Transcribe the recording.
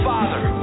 Father